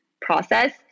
process